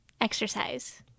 exercise